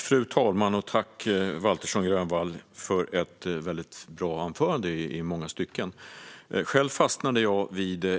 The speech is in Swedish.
Fru talman! Tack, Camilla Waltersson Grönvall, för ett i många stycken bra anförande! Själv fastnade jag vid